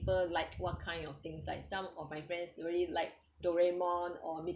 liked what kind of things like some of my friends really like doraemon or